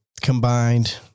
combined